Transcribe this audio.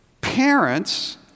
Parents